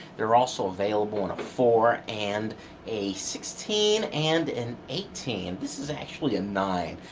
they're also available in a four and a sixteen and an eighteen. this is actually a nine.